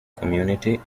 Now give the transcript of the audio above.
community